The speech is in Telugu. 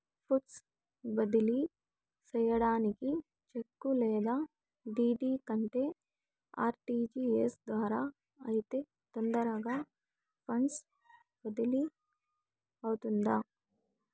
ఫండ్స్ బదిలీ సేయడానికి చెక్కు లేదా డీ.డీ కంటే ఆర్.టి.జి.ఎస్ ద్వారా అయితే తొందరగా ఫండ్స్ బదిలీ అవుతుందా